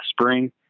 spring